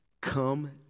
come